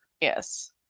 Yes